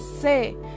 say